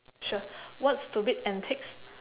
sure what stupid antics